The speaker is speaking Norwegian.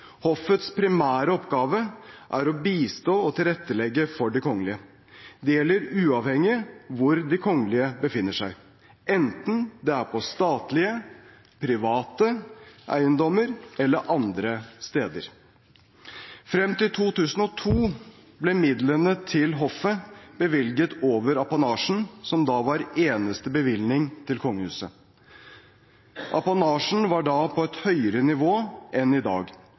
Hoffets primære oppgave er å bistå og tilrettelegge for de kongelige. Det gjelder uavhengig av hvor de kongelige befinner seg, enten det er på statlige eller private eiendommer, eller andre steder. Frem til 2002 ble midlene til hoffet bevilget over apanasjen, som da var eneste bevilgning til kongehuset. Apanasjen var da på et høyere nivå enn i dag,